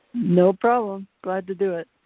no problem, glad to do it.